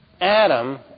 Adam